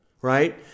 right